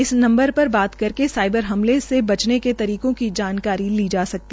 इस नंबर पर बात करके साइबर हमले से बचे के तरीकों की जानकारी ली सकेगी